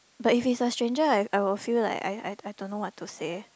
but if it's a stranger I I will feel like I I I don't know what to say